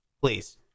Please